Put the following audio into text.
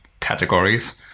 categories